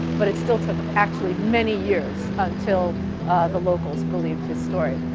but it still took actually many years until the locals believed his story.